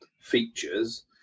features